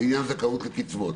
לעניין זכאות לקצבות".